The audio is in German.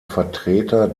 vertreter